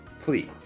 Please